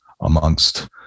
amongst